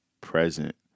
present